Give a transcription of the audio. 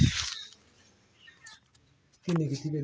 हू